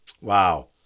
Wow